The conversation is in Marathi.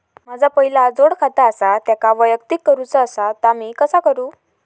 माझा पहिला जोडखाता आसा त्याका वैयक्तिक करूचा असा ता मी कसा करू?